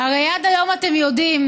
הרי עד היום, אתם יודעים,